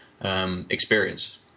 experience